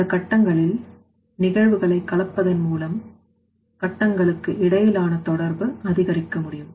அந்த கட்டங்களில் நிகழ்வுகளை கலப்பதன் மூலம் கட்டங்களுக்கு இடையிலானதொடர்பு அதிகரிக்க முடியும்